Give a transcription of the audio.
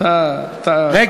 שהוא בעניין,